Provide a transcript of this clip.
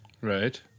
Right